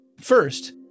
First